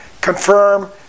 confirm